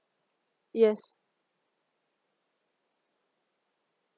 yes